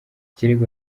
kirego